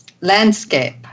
landscape